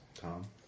Tom